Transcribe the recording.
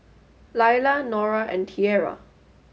Laila Norah and Tierra